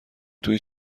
توی